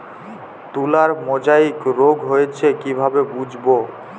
তুলার মোজাইক রোগ হয়েছে কিভাবে বুঝবো?